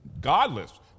godless